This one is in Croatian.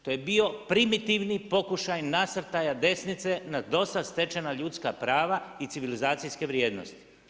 To je bio primitivni pokušaj nasrtaja desnice na dosad stečena ljudska prava i civilizacijske vrijednosti.